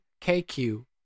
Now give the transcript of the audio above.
kq